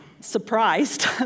surprised